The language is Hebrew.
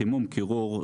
חימום וקירור,